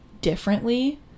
differently